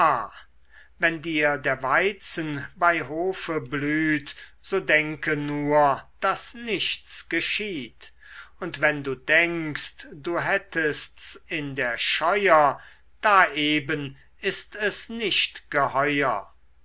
wenn dir der weizen bei hofe blüht so denke nur daß nichts geschieht und wenn du denkst du hättest's in der scheuer da eben ist es nicht geheuer